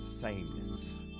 sameness